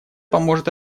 поможет